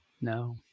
No